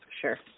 sure